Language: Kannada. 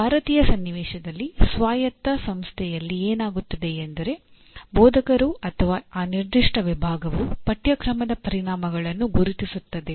ಭಾರತೀಯ ಸನ್ನಿವೇಶದಲ್ಲಿ ಸ್ವಾಯತ್ತ ಸಂಸ್ಥೆಯಲ್ಲಿ ಏನಾಗುತ್ತದೆ ಎಂದರೆ ಬೋಧಕರು ಅಥವಾ ಆ ನಿರ್ದಿಷ್ಟ ವಿಭಾಗವು ಪಠ್ಯಕ್ರಮದ ಪರಿಣಾಮಗಳನ್ನು ಗುರುತಿಸುತ್ತದೆ